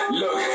look